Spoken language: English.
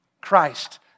Christ